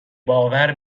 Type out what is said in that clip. باور